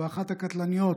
ואחת הקטלניות